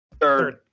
Third